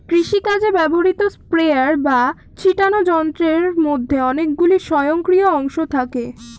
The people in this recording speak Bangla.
কৃষিকাজে ব্যবহৃত স্প্রেয়ার বা ছিটোনো যন্ত্রের মধ্যে অনেকগুলি স্বয়ংক্রিয় অংশ থাকে